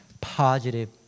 positive